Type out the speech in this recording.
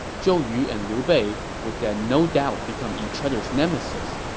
zhou yu and liu bei would then no doubt become each other's nemesis,